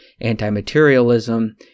anti-materialism